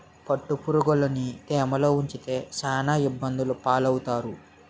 పట్టుపురుగులుని తేమలో ఉంచితే సాన ఇబ్బందులు పాలవుతారు